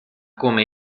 come